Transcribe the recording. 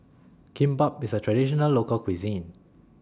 Kimbap IS A Traditional Local Cuisine